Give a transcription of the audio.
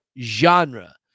genre